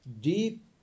Deep